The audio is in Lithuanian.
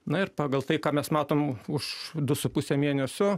na ir pagal tai ką mes matom už du su puse mėnesio